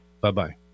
Bye-bye